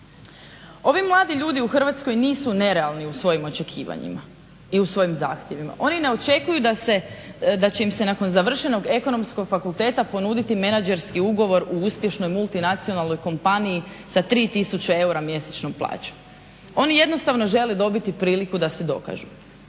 Ovi mladi ljudi u Hrvatskoj nisu nerealni u svojim očekivanjima i u svojim zahtjevima. Oni ne očekuju da će im se nakon završenog Ekonomskog fakulteta ponuditi menadžerski ugovor u uspješnoj multinacionalnoj kompaniji sa 3000 eura mjesečnom plaćom. Oni jednostavno žele dobiti priliku da se dokažu.